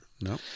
No